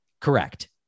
Correct